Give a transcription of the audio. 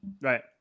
Right